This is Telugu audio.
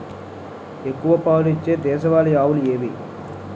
ఎక్కువ పాలు ఇచ్చే దేశవాళీ ఆవులు ఏవి?